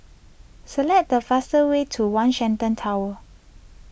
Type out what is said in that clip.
select the fastest way to one Shenton Tower